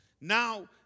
Now